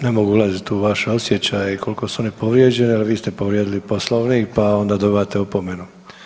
Ne mogu ulaziti u vaše osjećate i koliko su oni povrijeđeni, ali vi ste povrijedili Poslovnik pa onda dobivate opomenu.